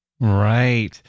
Right